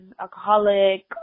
alcoholic